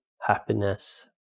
happiness